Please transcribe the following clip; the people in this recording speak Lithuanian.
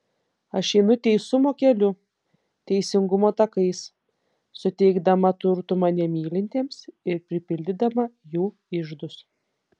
aš einu teisumo keliu teisingumo takais suteikdama turtų mane mylintiems ir pripildydama jų iždus